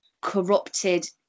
corrupted